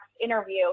interview